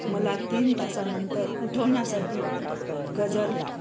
मला तीन तासांनंतर उठवण्यासाठी गजर लाव